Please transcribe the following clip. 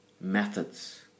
methods